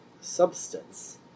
substance